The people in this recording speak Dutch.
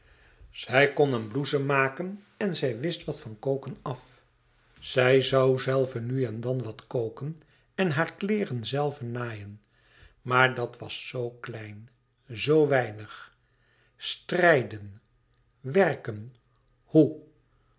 zij kon een blouse maken en zij wist wat van koken af zij zoû zelve nu en dan wat koken en hare kleêren zelve naaien maar dat alles was zoo klein zoo weinig strijden werken hoe